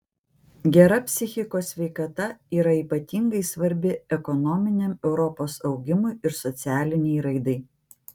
gera psichikos sveikata yra ypatingai svarbi ekonominiam europos augimui ir socialinei raidai